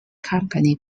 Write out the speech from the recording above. company